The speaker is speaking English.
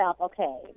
okay